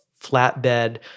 flatbed